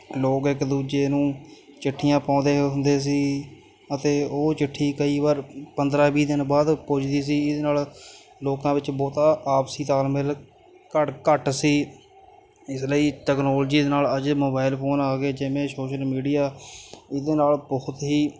ਲੋਕ ਇੱਕ ਦੂਜੇ ਨੂੰ ਚਿੱਠੀਆਂ ਪਾਉਂਦੇ ਹੁੰਦੇ ਸੀ ਅਤੇ ਉਹ ਚਿੱਠੀ ਕਈ ਵਾਰ ਪੰਦਰ੍ਹਾਂ ਵੀਹ ਦਿਨ ਬਾਅਦ ਪੁੱਜਦੀ ਸੀ ਇਹਦੇ ਨਾਲ ਲੋਕਾਂ ਵਿੱਚ ਬਹੁਤਾ ਆਪਸੀ ਤਾਲਮੇਲ ਘੱਟ ਘੱਟ ਸੀ ਇਸ ਲਈ ਤਕਨੋਲਜੀ ਦੇ ਨਾਲ ਅਜੇ ਮੋਬਾਇਲ ਫੋਨ ਆ ਗਏ ਜਿਵੇਂ ਸੋਸ਼ਲ ਮੀਡੀਆ ਇਹਦੇ ਨਾਲ ਬਹੁਤ ਹੀ